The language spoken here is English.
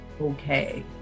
okay